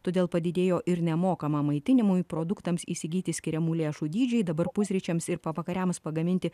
todėl padidėjo ir nemokamam maitinimui produktams įsigyti skiriamų lėšų dydžiai dabar pusryčiams ir pavakariams pagaminti